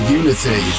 unity